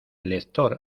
lector